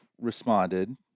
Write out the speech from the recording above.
responded